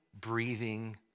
breathing